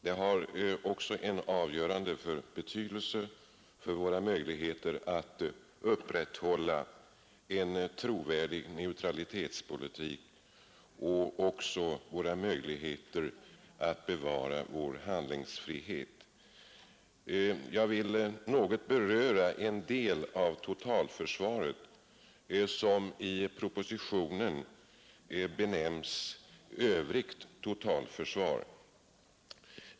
Det har också avgörande betydelse för våra möjligheter att upprätthålla en trovärdig neutralitetspolitik och även för våra möjligheter att bevara vår handlingsfrihet. Jag vill då något beröra den del av totalförsvaret, som i propositionen benämnts ”Övrigt totalförsvar”.